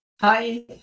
Hi